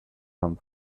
come